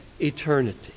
eternity